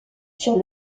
sur